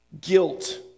guilt